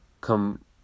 come